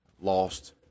lost